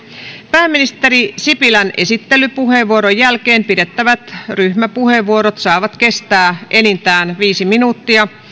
pääministeri juha sipilän esittelypuheenvuoron jälkeen pidettävät ryhmäpuheenvuorot saavat kestää enintään viisi minuuttia